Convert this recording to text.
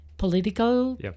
Political